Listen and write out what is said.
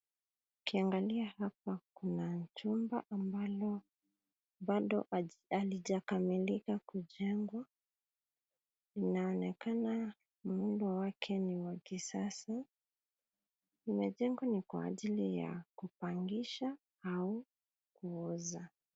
Ukiangalia hapa kuna jumba ambalo bado halijakamilika kujengwa, inaonekana muundo wake ni wa kisasa. Limejengwa ni kwa ajili ya kupangisha au kuuza.